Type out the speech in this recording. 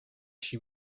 she